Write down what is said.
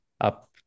up